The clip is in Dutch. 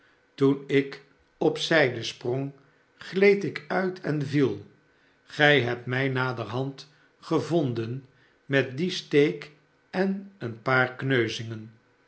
toen ik op zijde sprong gleed ik uit en viel gij hebt mij naderhand gevonden met dien steek en een paar kneuzingen